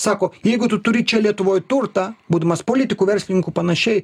sako jeigu tu turi čia lietuvoj turtą būdamas politiku verslininku panašiai